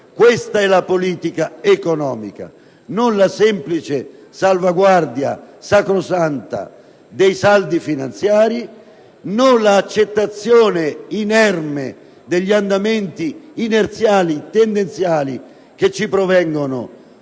Questa è la politica economica: non la semplice salvaguardia (sacrosanta) dei saldi finanziari, non l'accettazione inerme degli andamenti tendenziali inerziali che ci provengono,